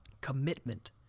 Commitment